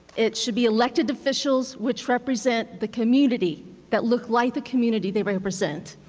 it should be elected officials which represent the community that look like the community they represent.